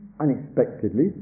unexpectedly